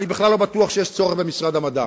אני בכלל לא בטוח שיש צורך במשרד המדע.